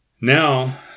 now